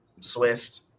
Swift